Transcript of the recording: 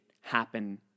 happen